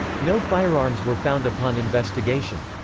no firearms were found upon investigation.